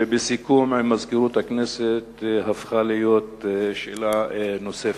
ובסיכום עם מזכירות הכנסת הפכה להיות שאלה נוספת.